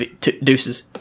Deuces